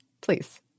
please